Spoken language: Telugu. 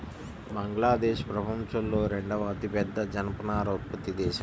బంగ్లాదేశ్ ప్రపంచంలో రెండవ అతిపెద్ద జనపనార ఉత్పత్తి దేశం